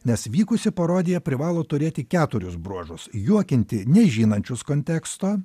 nes vykusi parodija privalo turėti keturis bruožus juokinti nežinančius konteksto